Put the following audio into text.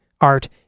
art